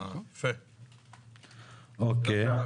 אוקי.